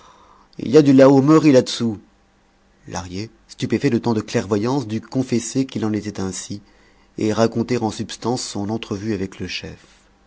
il y a du la hourmerie là-dessous lahrier stupéfait de tant de clairvoyance dut confesser qu'il en était ainsi et raconter en substance son entrevue avec le chef